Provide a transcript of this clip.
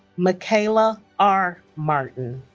makala r. martin